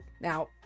now